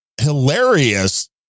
hilarious